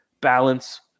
balance